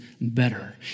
better